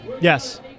yes